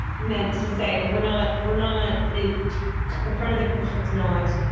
meant to say, and we're not we're not the in front of the commission. it's not.